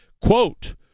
Quote